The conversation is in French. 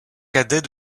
cadet